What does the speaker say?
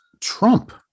Trump